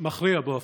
מכריע בו.